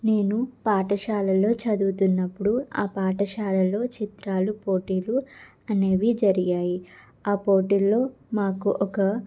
నేను పాఠశాలలో చదువుతున్నప్పుడు ఆ పాఠశాలలో చిత్రాలు పోటీలు అనేవి జరిగాయి ఆ పోటీల్లో మాకు ఒక